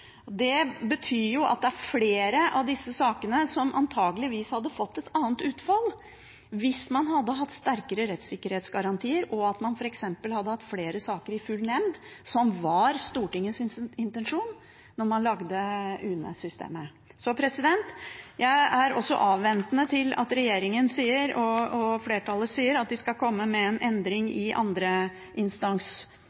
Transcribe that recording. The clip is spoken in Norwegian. Det betyr at det er flere av disse sakene som antakeligvis hadde fått et annet utfall hvis man hadde hatt sterkere rettssikkerhetsgarantier, og man f.eks. hadde hatt flere saker i full nemnd, som var Stortingets intensjon da man lagde UNE-systemet. Jeg er også avventende til at regjeringen og flertallet sier at de skal komme med en endring